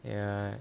ya